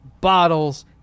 bottles